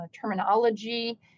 terminology